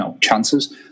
chances